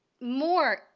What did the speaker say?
more